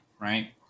right